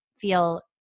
feel